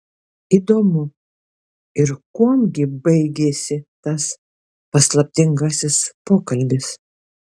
įdomu ir kuom gi baigėsi tas paslaptingasis pokalbis